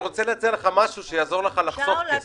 אתם חושבים שתשנו את דעתו?